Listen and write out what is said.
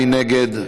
מי נגד?